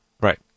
Right